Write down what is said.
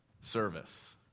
service